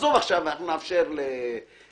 מה עמדתך כמנהל המינהל?